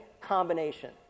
combination